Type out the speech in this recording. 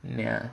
ya